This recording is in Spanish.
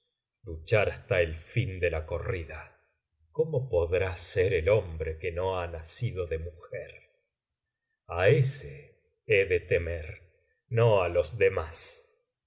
luchar hasta el fin de la corrida cómo podrá ser el hombre que no ha nacido de mujer a ese he de temer no á los demás